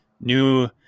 new